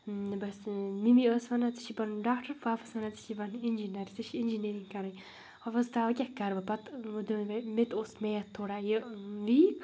بَس mummy ٲس وَنان ژےٚ چھے بَنُن ڈاکٹر پاپہٕ اوس وَنان ژےٚ چھے بَنُن اِنجیٖنَر ژےٚ چھے اِنجیٖنٔرِنٛگ کَرٕنۍ بہٕ ٲسٕس دَپان وۄنۍ کیٛاہ کَرٕ بہٕ پَتہٕ وۄنۍ دوٚپ مےٚ مےٚ تہِ اوس میتھ تھوڑا یہِ ویٖک